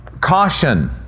Caution